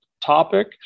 topic